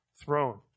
throne